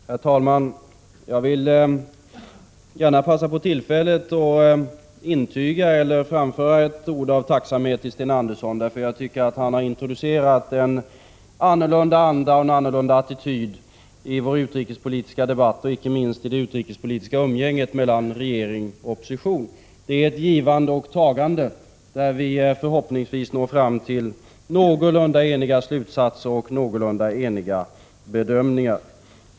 Herr talman! Jag vill gärna passa på tillfället att framföra ett ord av tacksamhet till Sten Andersson. Jag tycker att han har introducerat en annorlunda anda och en annorlunda attityd i vår utrikespolitiska debatt och icke minst i det utrikespolitiska umgänget mellan regering och opposition. Det är ett givande och ett tagande, som gör att vi förhoppningsvis når fram till någorlunda eniga slutsatser och någorlunda eniga bedömningar.